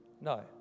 No